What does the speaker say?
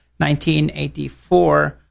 1984